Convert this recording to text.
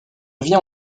vient